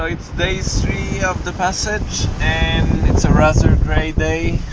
it's day three of the passage and it's a rather grey day